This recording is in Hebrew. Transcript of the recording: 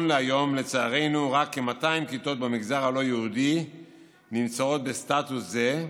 לצערנו רק כ-200 כיתות במגזר הלא-יהודי נמצאות בסטטוס זה,